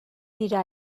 dira